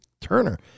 Turner